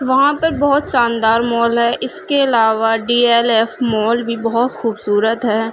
وہاں پر بہت شاندار مال ہے اس کے علاوہ ڈی ایل ایف مال بھی بہت خوبصورت ہے